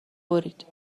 برید